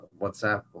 WhatsApp